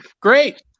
great